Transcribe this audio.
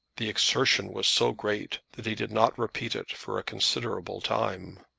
the exertion was so great that he did not repeat it for a considerable time.